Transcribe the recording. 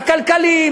הכלכליים,